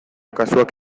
kasuak